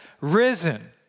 risen